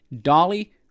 dolly